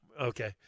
Okay